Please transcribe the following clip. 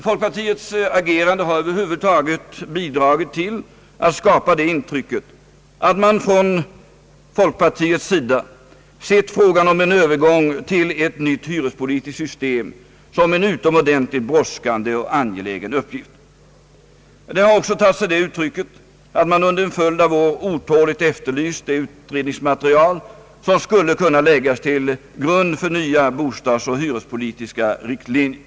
Folkpartiets agerande har över huvud taget bidragit till att skapa det intrycket att man från partiets sida sett frågan om en övergång till ett nytt hyrespolitiskt system som en utomordentligt brådskande och angelägen uppgift. Det har också tagit sig det uttrycket att man under en följd av år otåligt efterlyst det utredningsmaterial som skulle kunna läggas till grund för nya bostadsoch hyrespolitiska riktlinjer.